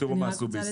הרגולטור.